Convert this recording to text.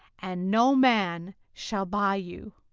and no man shall buy you.